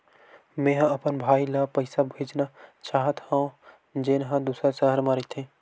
मेंहा अपन भाई ला पइसा भेजना चाहत हव, जेन हा दूसर शहर मा रहिथे